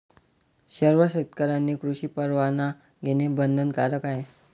सर्व शेतकऱ्यांनी कृषी परवाना घेणे बंधनकारक आहे